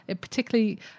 particularly